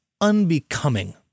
unbecoming